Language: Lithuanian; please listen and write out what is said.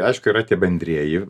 aišku yra tie bendrieji